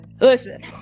Listen